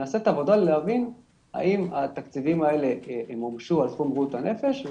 ונעשית עבודה להבין האם התקציבים האלה מומשו לצורך בריאות הנפש,